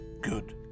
good